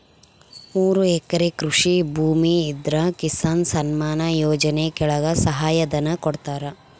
ಮೂರು ಎಕರೆ ಕೃಷಿ ಭೂಮಿ ಇದ್ರ ಕಿಸಾನ್ ಸನ್ಮಾನ್ ಯೋಜನೆ ಕೆಳಗ ಸಹಾಯ ಧನ ಕೊಡ್ತಾರ